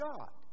God